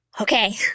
Okay